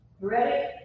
Ready